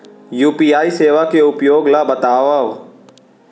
UPI सेवा के उपयोग ल बतावव?